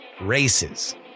races